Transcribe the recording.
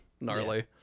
gnarly